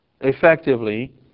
effectively